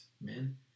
men